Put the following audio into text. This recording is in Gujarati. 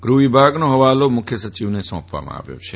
ગૃફ વિભાગનો ફવાલો મુખ્ય સચિવને સોંપવામાં આવ્યો છે